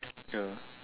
ya